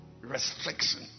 restriction